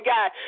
God